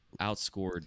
outscored